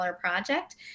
project